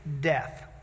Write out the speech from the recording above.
death